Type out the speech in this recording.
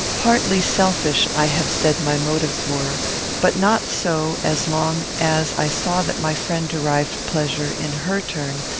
partly selfish i have said my motives were, but not so, as long as i saw that my friend derived pleasure, in her turn,